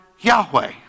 Yahweh